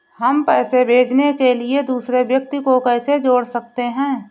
हम पैसे भेजने के लिए दूसरे व्यक्ति को कैसे जोड़ सकते हैं?